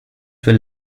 will